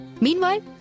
Meanwhile